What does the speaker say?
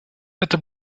это